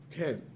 Okay